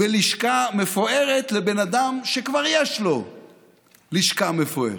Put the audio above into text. בלשכה מפוארת לבן אדם שכבר יש לו לשכה מפוארת.